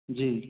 जी